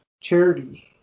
charity